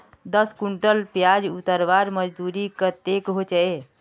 दस कुंटल प्याज उतरवार मजदूरी कतेक होचए?